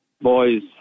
boys